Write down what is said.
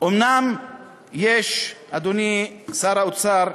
אומנם יש, אדוני שר האוצר,